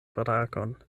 brakon